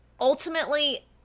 ultimately